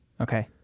Okay